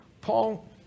Paul